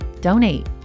Donate